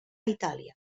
itàlia